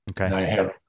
Okay